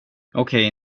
okej